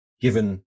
given